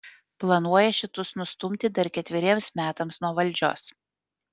planuoja šituos nustumti dar ketveriems metams nuo valdžios